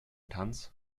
tanz